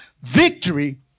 Victory